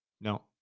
No